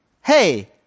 Hey